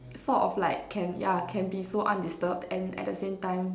sort of like can ya can be so undisturbed and at the same time